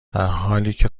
درحالیکه